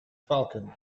falcon